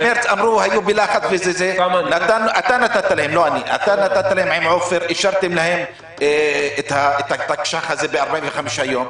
במרס היו בלחץ ואתה ועפר אישרתם להם את התקש"ח הזה ל-45 יום.